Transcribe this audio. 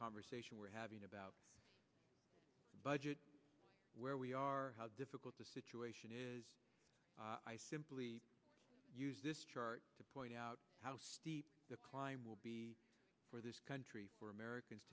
conversation we're having about budget where we are how difficult the situation is i simply use this chart to point out how steep the climb will be for this country for americans